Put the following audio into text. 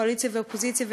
קואליציה ואופוזיציה,